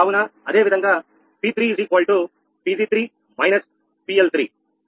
కావున అదే విధంగా 𝑃3𝑃𝑔3−𝑃𝐿3